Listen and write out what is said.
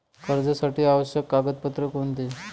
कर्जासाठी आवश्यक कागदपत्रे कोणती?